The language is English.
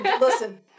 listen